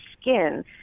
skin